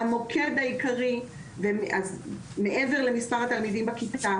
המוקד העיקרי מעבר למספר התלמידים בכיתה,